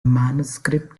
manuscript